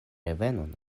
revenon